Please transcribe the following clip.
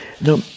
Now